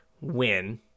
win